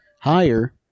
higher